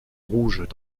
rouges